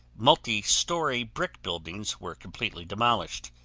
multi-story brick buildings were completely demolished.